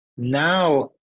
Now